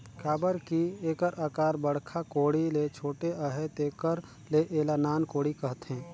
काबर कि एकर अकार बड़खा कोड़ी ले छोटे अहे तेकर ले एला नान कोड़ी कहथे